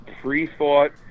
pre-thought